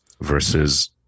versus